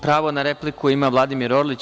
Pravo na repliku ima Vladimir Orlić.